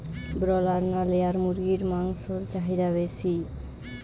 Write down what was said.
Broiler না layer মুরগির মাংসর চাহিদা বেশি?